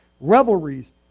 revelries